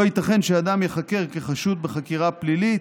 לא ייתכן שאדם ייחקר כחשוד בחקירה פלילית,